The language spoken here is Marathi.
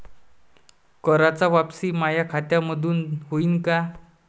कराच वापसी माया खात्यामंधून होईन का?